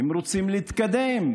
הם רוצים להתקדם.